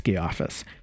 office